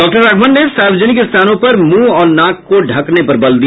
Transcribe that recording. doctor Raghavan ने सार्वजनिक स्थानों पर मुंह और नाक को ढकने पर बल दिया